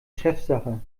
chefsache